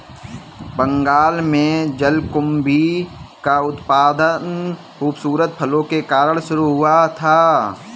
बंगाल में जलकुंभी का उत्पादन खूबसूरत फूलों के कारण शुरू हुआ था